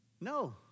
No